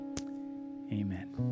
amen